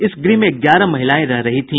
इस गृह में ग्यारह महिलाएं रह रही थी